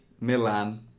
Milan